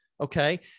Okay